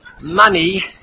Money